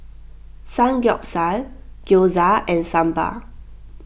Samgeyopsal Gyoza and Sambar